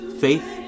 Faith